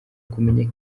kumenya